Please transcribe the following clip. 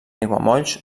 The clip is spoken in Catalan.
aiguamolls